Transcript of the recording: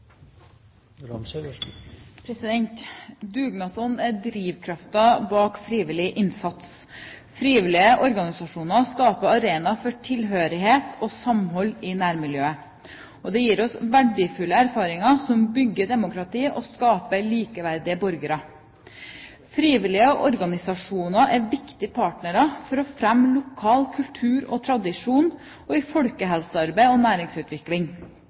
bak frivillig innsats. Frivillige organisasjoner skaper arenaer for tilhørighet og samhold i nærmiljøet og gir oss verdifulle erfaringer som bygger demokrati og skaper likeverdige borgere. Frivillige organisasjoner er viktige partnere for å fremme lokal kultur og tradisjon og i folkehelsearbeid og næringsutvikling.